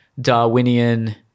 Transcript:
Darwinian